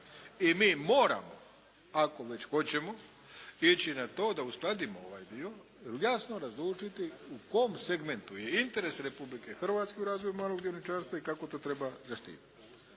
i mi moramo ako već hoćemo ići na to da uskladimo ovaj dio, jasno razlučiti u kom segmentu je interes Republike Hrvatske u razvoju malog dioničarstva i kako to treba zaštititi.